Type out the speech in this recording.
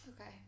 Okay